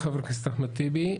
תודה, חבר הכנסת אחמד טיבי.